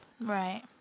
Right